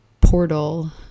portal